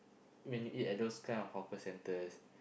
when you eat at those kind of hawker-centers